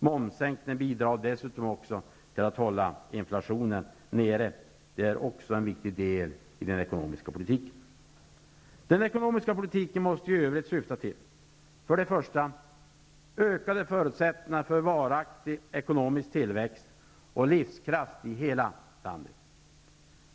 Momssänkningen bidrar dessutom till att hålla inflationen nere. Det är också en viktig del i den ekonomiska politiken. Den ekonomiska politiken måste i övrigt syfta till: För det första: Ökade förutsättningar för varaktig ekonomisk tillväxt och livskraft i hela landet.